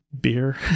beer